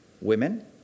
women